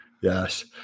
Yes